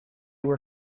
were